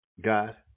God